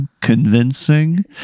convincing